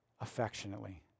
Affectionately